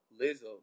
Lizzo